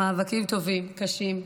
מאבקים טובים, קשים,